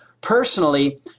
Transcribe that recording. Personally